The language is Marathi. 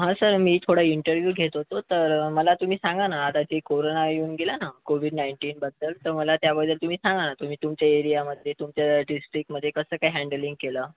हां सर मी थोडा इंटरव्ह्यू घेत होतो तर मला तुम्ही सांगा ना आता ते कोरोना येऊन गेला ना कोविड नाईंटीनबद्दल तर मला त्याबद्दल तुम्ही सांगा ना तुमच्या एरियामध्ये तुमच्या डिस्ट्रिक्टमध्ये कसं काय हँडलिंग केलं